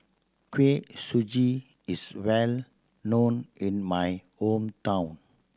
Kuih Suji is well known in my hometown